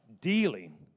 dealing